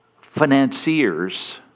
financiers